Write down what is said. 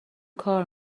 کار